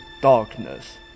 darkness